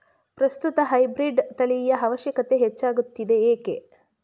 ಪ್ರಸ್ತುತ ಹೈಬ್ರೀಡ್ ತಳಿಯ ಅವಶ್ಯಕತೆ ಹೆಚ್ಚಾಗುತ್ತಿದೆ ಏಕೆ?